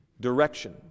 direction